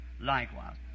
Likewise